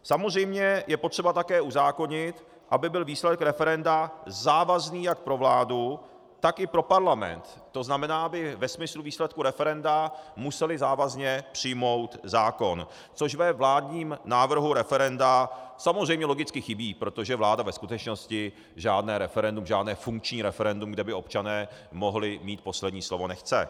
Samozřejmě je potřeba také uzákonit, aby byl výsledek referenda závazný jak pro vládu, tak i pro Parlament, tzn. aby ve smyslu výsledku referenda musely závazně přijmout zákon, což ve vládním návrhu referenda samozřejmě logicky chybí, protože vláda ve skutečnosti žádné referendum, žádné funkční referendum, kde by občané mohli mít poslední slovo, nechce.